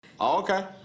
Okay